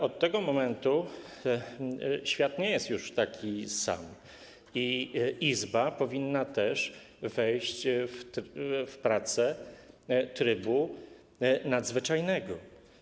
Od tego momentu świat nie jest już taki sam i Izba powinna też przejść na pracę w trybie nadzwyczajnym.